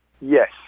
Yes